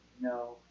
No